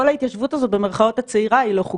כל ההתיישבות הזאת "במירכאות" הצעירה היא לא חוקית.